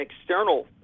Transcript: external